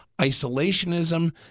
isolationism